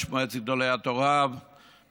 יש מועצת גדולי התורה וחכמיה,